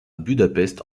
budapest